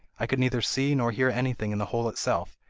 i could neither see nor hear anything in the hole itself,